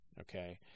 Okay